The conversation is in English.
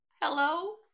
Hello